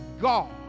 God